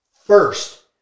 first